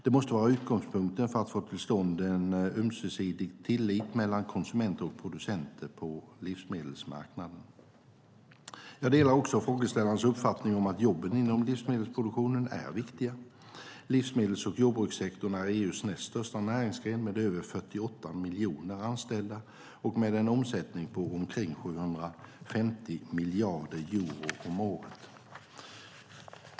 Det måste vara utgångspunkten för att få till stånd en ömsesidig tillit mellan konsumenter och producenter på livsmedelsmarknaden. Jag delar också frågeställarens uppfattning om att jobben inom livsmedelsproduktionen är viktiga. Livsmedels och jordbrukssektorn är EU:s näst största näringsgren med över 48 miljoner anställda och med en omsättning på omkring 750 miljarder euro om året.